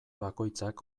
bakoitzak